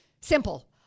simple